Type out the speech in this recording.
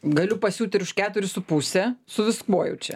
galiu pasiūt ir už keturis su puse su viskuo jau čia